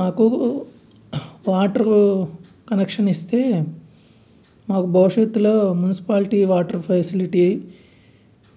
మాకు water connection ఇస్తే మాకు భవిష్యత్తులో మున్సిపాలిటీ వాటర్ ఫెసిలిటీ